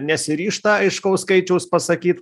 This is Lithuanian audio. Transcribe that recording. nesiryžta aiškaus skaičiaus pasakyt